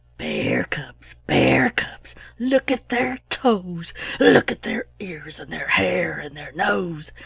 bear cubs! bear cubs! look at their toes look at their ears and their hair and their nose.